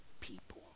people